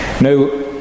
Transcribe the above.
Now